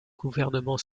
gouvernement